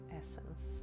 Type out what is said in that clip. essence